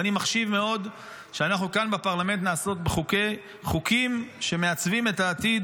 ואני מחשיב מאוד שאנחנו כאן בפרלמנט נעסוק בחוקים שמעצבים את העתיד,